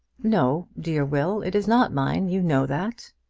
no, dear will it is not mine. you know that.